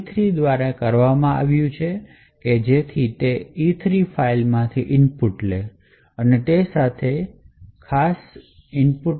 આ E3 દ્વારા કરવામાં આવ્યું છે જેથી તે E3 ફાઇલમાંથી ઇનપુટ લે અને તે સાથે ચાલે ખાસ ઇનપુટ